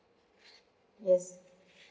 yes